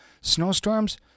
Snowstorms